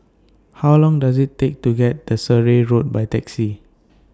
How Long Does IT Take to get to Surrey Road By Taxi